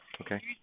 Okay